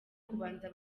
kubanza